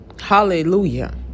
Hallelujah